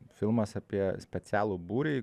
filmas apie specialų būrį